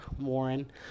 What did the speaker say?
Warren